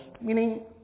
Meaning